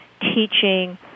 teaching